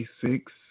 six